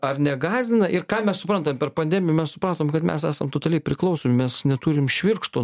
ar negąsdina ir ką mes suprantam per pandemiją mes supratom kad mes esam totaliai priklausomi mes neturim švirkštų